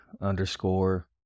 underscore